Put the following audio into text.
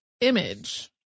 image